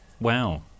Wow